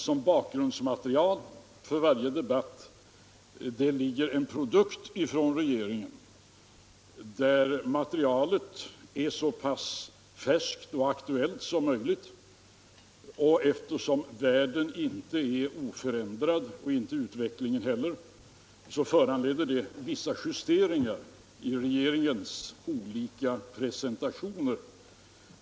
Som bakgrundsmaterial för varje debatt ligger en produkt från regeringen, där materialet är så, pass färskt och aktuellt som möjligt, och eftersom världen inte är oförändrad och inte utvecklingen heller, så blir det vissa justeringar i regeringens olika presentationer.